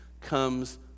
comes